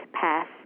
pass